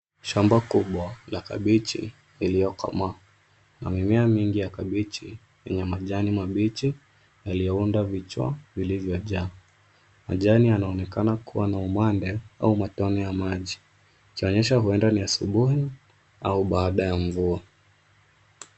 Shamba kubwa la kabichi iliyokomaa na mimea mingi ya kabichi yenye majani mabichi yaliyounda vichwa vilivyojaa. Majani yanaonekana kuwa na umande au matone ya maji ikionyesha huenda ni asubuhi au baada ya mvua.